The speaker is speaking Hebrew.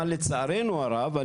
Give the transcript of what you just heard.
אבל לצערנו הרב,